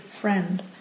friend